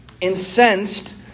incensed